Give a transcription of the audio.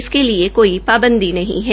इसके लिए कोई पांबदी नहीं है